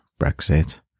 Brexit